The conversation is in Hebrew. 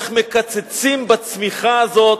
איך מקצצים בצמיחה הזאת,